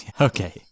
Okay